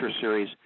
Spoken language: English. series